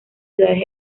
ciudades